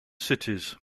cities